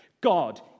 God